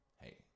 hey